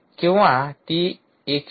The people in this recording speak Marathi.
किंवा ती 192